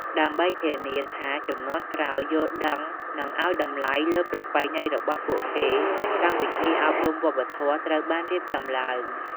ដើម្បីធានាថាជំនាន់ក្រោយយល់ដឹងនិងឱ្យតម្លៃលើប្រពៃណីរបស់ពួកគេ កម្មវិធីអប់រំវប្បធម៌ត្រូវបានរៀបចំឡើង។